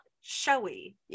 showy